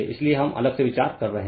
इसलिए हम अलग से विचार कर रहे हैं